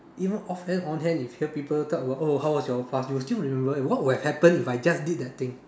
you know off hand on hand you hear people talk about oh how was your past you'll still remember eh what would've happened if I just did that thing